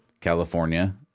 California